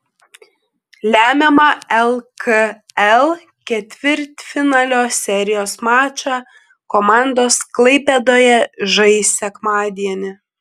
lemiamą lkl ketvirtfinalio serijos mačą komandos klaipėdoje žais sekmadienį